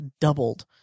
doubled